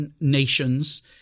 nations